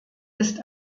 ist